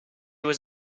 was